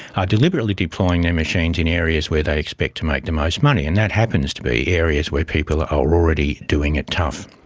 are deliberately deploying their machines in areas where they expect to make the most money, and that happens to be areas where people already doing it tough.